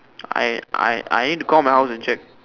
I I I need to call my house and check